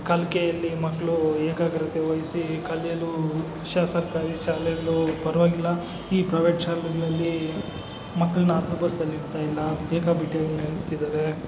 ಕಲಿಕೆಯಲ್ಲಿ ಮಕ್ಕಳು ಏಕಾಗ್ರತೆ ವಹಿಸಿ ಕಲಿಯಲು ಸರ್ಕಾರಿ ಶಾಲೆಗಳು ಪರವಾಗಿಲ್ಲ ಈ ಪ್ರೈವೇಟ್ ಶಾಲೆಗಳಲ್ಲಿ ಮಕ್ಕಳನ್ನ ಹದ್ದುಬಸ್ತಲ್ಲಿಡ್ತಾಯಿಲ್ಲ ಬೇಕಾಬಿಟ್ಟಿಯಾಗಿ ನೆಡಸ್ತಿದ್ದಾರೆ